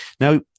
Now